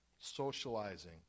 socializing